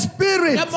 Spirit